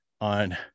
on